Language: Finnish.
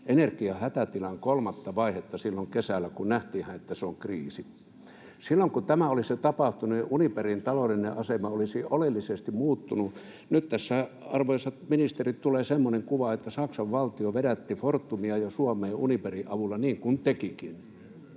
energiahätätilan kolmatta vaihetta silloin kesällä, kun sehän nähtiin, että se on kriisi. Silloin kun tämä olisi tapahtunut, niin Uniperin taloudellinen asema olisi oleellisesti muuttunut. Nyt tässä, arvoisat ministerit, tulee semmoinen kuva, että Saksan valtio vedätti Fortumia ja Suomea Uniperin avulla, niin kuin tekikin